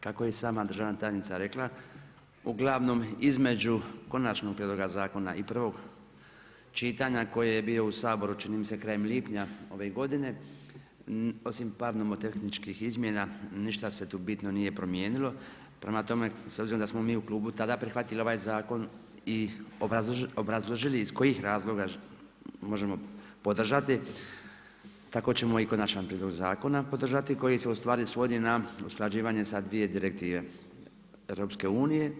Kako je i sama državna tajnica rekla, ugl. između konačnog prijedloga zakona i prvog čitanja koje je bio u Saboru, čini mi se krajem lipnja ove godine, osim … izmjena ništa se tu bitno nije promijenilo, prema tome, s obzirom da smo mi u klubu tada prihvatili ovaj zakon i obrazložili iz kojih razloga možemo podržati, tako ćemo i vaš prijedlog zakona podržati, koji se ustvari svodi na usklađivanje sa 2 direktive EU.